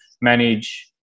manage